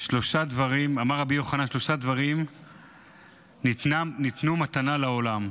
שלושה דברים ניתנו מתנה לעולם,